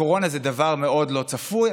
הקורונה זה דבר מאוד לא צפוי,